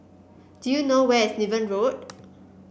do you know where is Niven Road